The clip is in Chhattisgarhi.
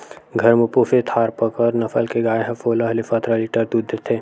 घर म पोसे थारपकर नसल के गाय ह सोलह ले सतरा लीटर दूद देथे